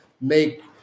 make